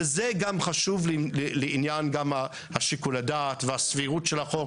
וזה חשוב גם לעניין שיקול הדעת והסבירות של החוק,